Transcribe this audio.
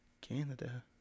Canada